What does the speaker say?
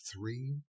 three